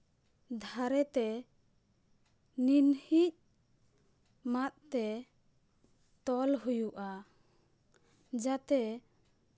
ᱫᱷᱟᱨᱮᱛᱮ ᱱᱮᱱᱦᱮᱡ ᱢᱟᱫᱼᱛᱮ ᱛᱚᱞ ᱦᱩᱭᱩᱜᱼᱟ ᱡᱟᱛᱮ